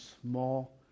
small